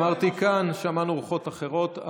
אמרתי ששמענו כאן רוחות אחרות.